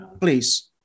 please